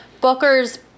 Booker's